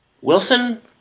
Wilson